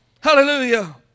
Hallelujah